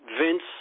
Vince